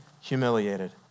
humiliated